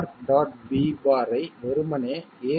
b'ஐ வெறுமனே a'